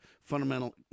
fundamental